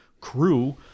crew